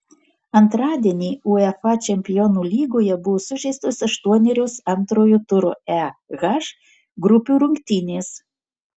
antradienį uefa čempionų lygoje buvo sužaistos aštuonerios antrojo turo e h grupių rungtynės